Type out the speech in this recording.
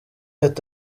ati